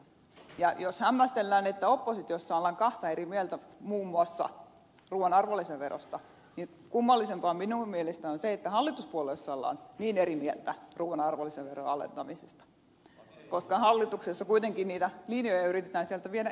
ja jos hämmästellään että oppositiossa ollaan kahta eri mieltä muun muassa ruuan arvonlisäverosta niin kummallisempaa minun mielestäni on se että hallituspuolueessa ollaan niin eri mieltä ruuan arvonlisäveron alentamisesta koska hallituksessa kuitenkin niitä linjoja yritetään viedä eteenpäin